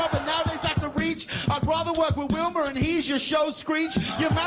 but nowadays that's a reach i'd rather work with wilmer and he was your show's screech